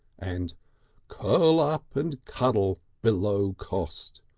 and curl up and cuddle below cost.